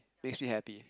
makes me happy